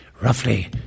roughly